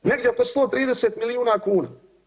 Negdje oko 130 milijuna kuna.